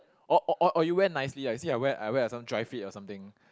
or or or or you wear nicely ah you see I wear I wear like some dry fit or something